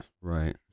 Right